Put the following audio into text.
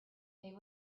they